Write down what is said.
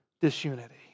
disunity